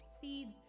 seeds